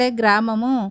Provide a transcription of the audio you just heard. gramamu